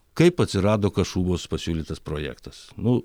kaip atsirado kašubos pasiūlytas projektas nu